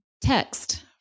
text